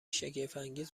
شگفتانگیز